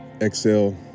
Exhale